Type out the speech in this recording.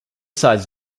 size